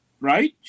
right